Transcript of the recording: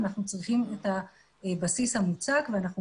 אנחנו צריכים את הבסיס המוצק ואנחנו